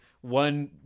one